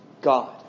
God